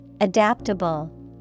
Adaptable